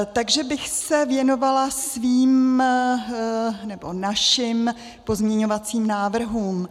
Takže bych se věnovala svým, nebo našim pozměňovacím návrhům.